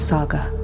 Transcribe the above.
Saga